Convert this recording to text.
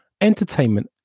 entertainment